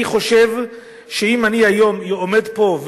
אני חושב שאם אני היום עומד פה,